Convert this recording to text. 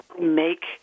make